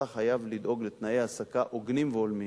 אתה חייב לדאוג לתנאי העסקה הוגנים והולמים,